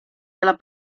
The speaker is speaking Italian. dalla